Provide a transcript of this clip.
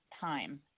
time